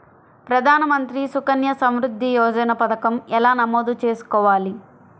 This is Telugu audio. ప్రధాన మంత్రి సుకన్య సంవృద్ధి యోజన పథకం ఎలా నమోదు చేసుకోవాలీ?